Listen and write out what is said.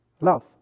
Love